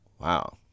wow